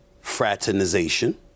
fraternization